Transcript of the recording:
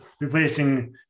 replacing